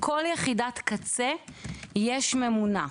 בכל יחידת קצה יש ממונה.